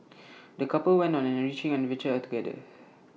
the couple went on an enriching adventure together